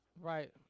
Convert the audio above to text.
Right